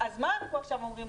מה אנחנו עכשיו אומרים?